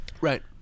Right